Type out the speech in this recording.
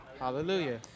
Hallelujah